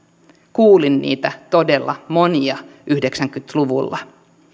kuulin niitä todella monia yhdeksänkymmentä luvulla